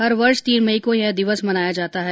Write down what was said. हर वर्ष तीन मई को यह दिवस मनाया जाता है